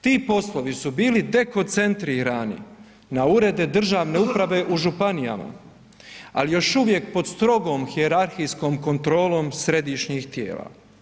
Ti poslovi su bili dekoncentrirani na urede državne uprave u županijama, ali još uvijek pod strogom hijerarhijskom kontrolom središnjih tijela.